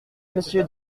monsieur